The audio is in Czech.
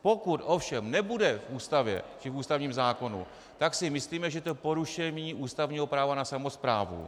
Pokud ovšem nebude v Ústavě, v ústavním zákonu, tak si myslíme, že to je porušení ústavního práva na samosprávu.